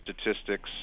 statistics